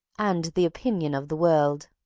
and the opinion of the world.